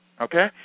okay